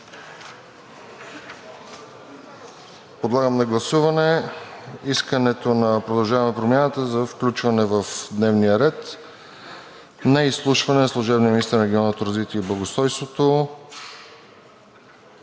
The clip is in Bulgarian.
Подлагам на гласуване искането на „Продължаваме Промяната“ за включване в дневния ред на изслушване на служебния министър на регионалното развитие и благоустройството.